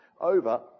over